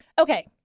Okay